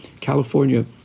California